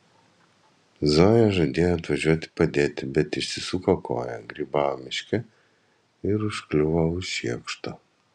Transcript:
zoja žadėjo atvažiuoti padėti bet išsisuko koją grybavo miške ir užkliuvo už šiekšto